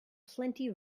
plenty